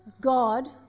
God